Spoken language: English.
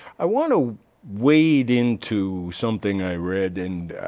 i want to wade into something i read and